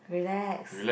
relax